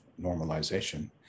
normalization